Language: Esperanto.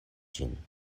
ĝin